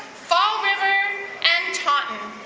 fall river and taunton.